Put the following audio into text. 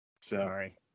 Sorry